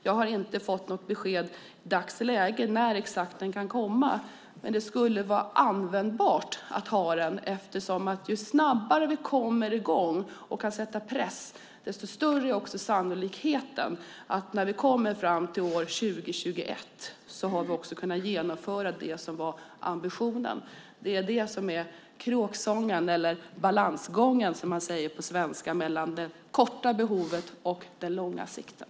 Jag har inte fått något besked i dagsläget om exakt när det kan komma, men det skulle vara användbart att ha det, för ju snabbare vi kommer i gång och kan sätta press, desto större är sannolikheten att vi när vi kommer fram till år 2021 har kunnat genomföra det som var ambitionen. Det är det som är kråksången eller balansgången, som man säger på svenska, mellan det korta behovet och den långa sikten.